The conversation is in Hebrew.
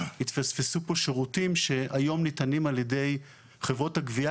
יתפספסו פה שירותים שהיום ניתנים על ידי חברות הגבייה.